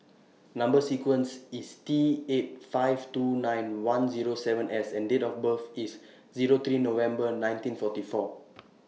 Number sequence IS T eight five two nine one Zero seven S and Date of birth IS three November nineteen forty four